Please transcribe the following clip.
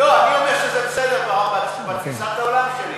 לא, אני אומר שזה בסדר בתפיסת העולם שלי.